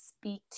speak